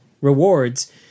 rewards